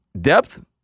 depth